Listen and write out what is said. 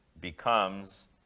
becomes